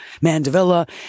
mandevilla